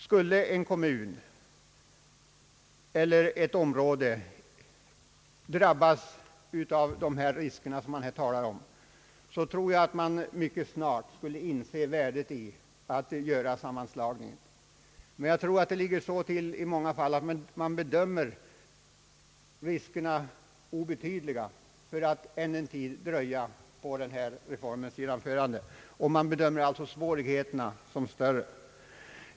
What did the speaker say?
Skulle en kommun eller ett område bli utsatt för de risker som man här talar om, tror jag att man mycket snart skulle inse värdet av att göra sammanslagningen. I många fall ligger det dock enligt min uppfattning så till att man anser att ännu en tids dröjsmål med genomförandet endast medför obetydliga risker men att man bedömer svårigheterna som större.